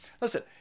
Listen